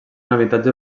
habitatge